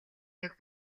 нэг